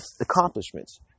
accomplishments